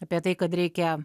apie tai kad reikia